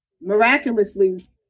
Miraculously